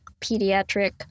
pediatric